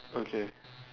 okay